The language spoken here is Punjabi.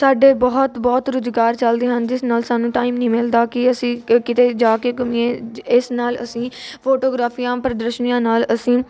ਸਾਡੇ ਬਹੁਤ ਬਹੁਤ ਰੁਜ਼ਗਾਰ ਚਲਦੇ ਹਨ ਜਿਸ ਨਾਲ ਸਾਨੂੰ ਟਾਈਮ ਨਹੀਂ ਮਿਲਦਾ ਕਿ ਅਸੀਂ ਕਿਤੇ ਜਾ ਕੇ ਘੁੰਮੀਏ ਇਸ ਨਾਲ ਅਸੀਂ ਫੋਟੋਗ੍ਰਾਫੀਆਂ ਪ੍ਰਦਰਸ਼ਨੀਆਂ ਨਾਲ ਅਸੀਂ